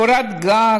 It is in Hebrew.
קורת גג,